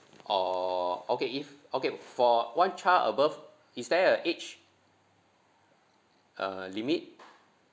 err okay if okay for one child above is there an age uh limit